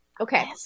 Okay